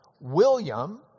William